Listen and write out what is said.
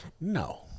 No